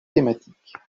thématiques